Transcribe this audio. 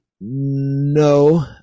No